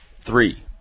three